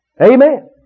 Amen